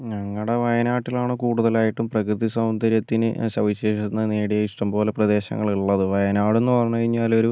ഞങ്ങളുടെ വായനാട്ടിലാണ് കൂടുതലായിട്ടും പ്രകൃതിസൗന്ദര്യത്തിന് സവിശേഷത നേടിയ ഇഷ്ടംപോലെ പ്രദേശങ്ങൾ ഉള്ളത് വയനാട് എന്നു പറഞ്ഞു കഴിഞ്ഞാൽ ഒരു